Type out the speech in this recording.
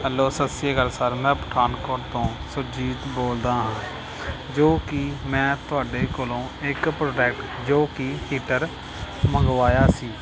hello ਸਤਿ ਸ਼੍ਰੀ ਅਕਾਲ ਸਰ ਮੈਂ ਪਠਾਨਕੋਟ ਤੋਂ ਸੁਰਜੀਤ ਬੋਲਦਾ ਹਾਂ ਜੋ ਕਿ ਮੈਂ ਤੁਹਾਡੇ ਕੋਲੋਂ ਇੱਕ ਪ੍ਰੋਡੈਕਟ ਜੋ ਕਿ ਹੀਟਰ ਮੰਗਵਾਇਆ ਸੀ